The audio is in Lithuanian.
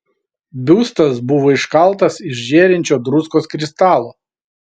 biustas buvo iškaltas iš žėrinčio druskos kristalo